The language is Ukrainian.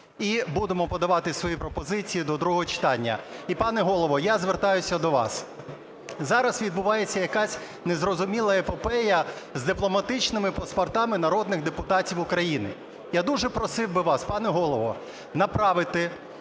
і будемо подавати свої пропозиції до другого читання. І, пане Голово, я звертаюсь до вас. Зараз відбувається якась незрозуміла епопея з дипломатичними паспортами народних депутатів України. Я дуже просив би вас, пане Голово, направити